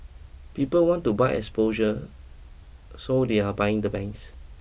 people want to buy exposure so they're buying the banks